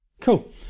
Cool